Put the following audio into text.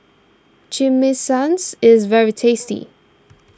Chimichangas is very tasty